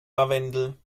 lavendel